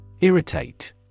IRRITATE